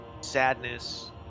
sadness